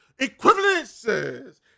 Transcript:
equivalences